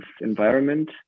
environment